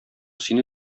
сине